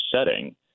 setting